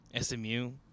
SMU